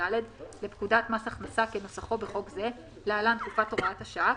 האוצר החליט להקים את הצוות הזה כדי להאריך את הוראת השעה עד סוף